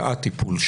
שעה טיפול?